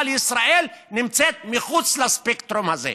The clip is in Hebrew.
אבל ישראל נמצאת מחוץ לספקטרום הזה.